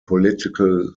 political